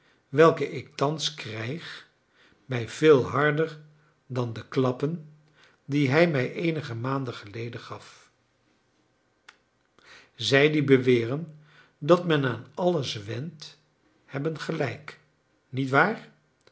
welke ik thans krijg mij veel harder dan de klappen die hij mij eenige maanden geleden gaf zij die beweren dat men aan alles went hebben gelijk niet waar